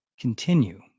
continue